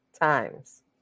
times